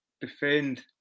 defend